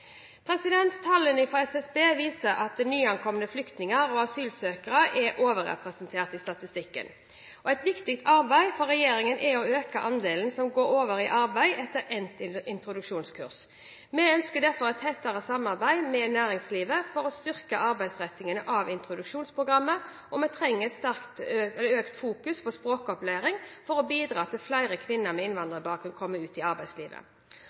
Tallene fra SSB viser at nyankomne flyktninger og asylsøkere er overrepresentert i statistikken. Et viktig arbeid for regjeringen er å øke andelen som går over i arbeid etter endt introduksjonskurs. Vi ønsker derfor et tettere samarbeid med næringslivet for å styrke arbeidsrettingen av introduksjonsprogrammet, og vi trenger å øke fokuset på språkopplæring sterkt for å bidra til at flere kvinner med innvandrerbakgrunn kommer ut i arbeidslivet.